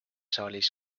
saalis